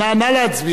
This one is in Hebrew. נא להצביע.